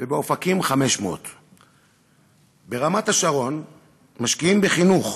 ובאופקים, 500. ברמת-השרון משקיעים בחינוך,